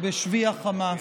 בשבי החמאס.